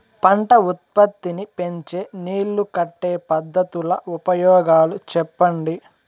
పంట ఉత్పత్తి నీ పెంచే నీళ్లు కట్టే పద్ధతుల ఉపయోగాలు చెప్పండి?